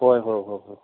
ꯍꯣꯏ ꯍꯣꯏ ꯍꯣꯏ ꯍꯣꯏ